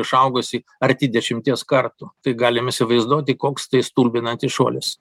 išaugusį arti dešimties kartų tai galim įsivaizduoti koks tai stulbinantis šuolis